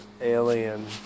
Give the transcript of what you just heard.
alien